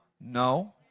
No